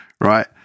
right